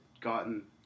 gotten